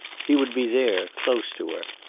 he would be there, close to her,